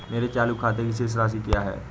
मेरे चालू खाते की शेष राशि क्या है?